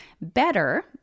better